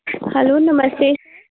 hello नमस्ते